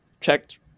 checked